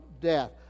death